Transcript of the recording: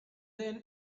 then